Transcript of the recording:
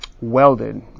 welded